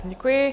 Děkuji.